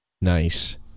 Nice